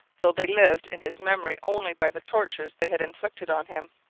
though they lived in his memory only by the tortures they had inflicted on him.